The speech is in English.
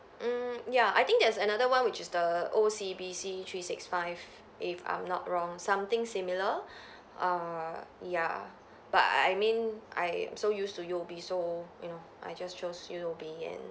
mm ya I think there's another one which is the O_C_B_C three six five if I'm not wrong something similar err yeah but I mean I am so used to U_O_B so you know I just chose U_O_B and